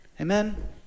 Amen